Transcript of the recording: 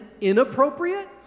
inappropriate